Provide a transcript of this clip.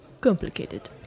complicated